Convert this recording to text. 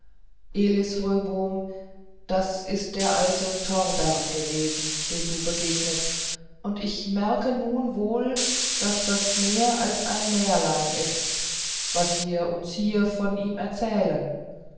das ist der alte torbern gewesen dem du begegnet und ich merke nun wohl daß das mehr als ein märlein ist was wir uns hier von ihm erzählen